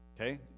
Okay